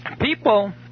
people